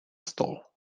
stall